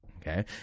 okay